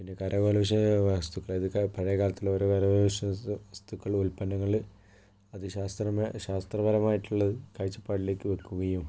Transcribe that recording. പിന്നെ കരകൗശല വസ്തുക്കൾ ഇതൊക്കെ പഴയകാലത്തുള്ള ഓരോ കര കൗശല വസ്തു വസ്തുക്കളും ഉൽപ്പന്നങ്ങള് അത് ശാസ്ത്ര ശാസ്ത്രപരമായിട്ടുള്ളത് കാഴ്ചപ്പാടിലേക്ക് വയ്ക്കുകയും